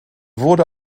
wurde